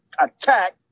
attack